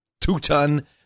two-ton